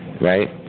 right